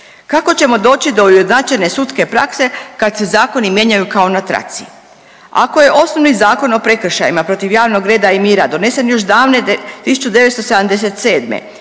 Kako ćemo doći do ujednačene sudske prakse kad se zakoni mijenjaju kao na traci? Ako je osnovni Zakon o prekršajima protiv javnog reda i mira donesen još davne 1977.